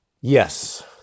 Yes